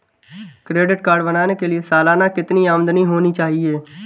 Credit card बनाने के लिए सालाना कितनी आमदनी होनी चाहिए?